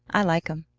i like em!